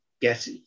get